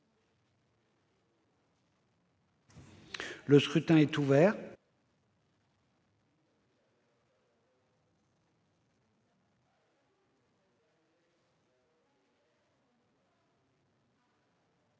Le scrutin est ouvert.